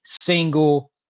single